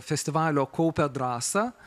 festivalio kaupia drąsą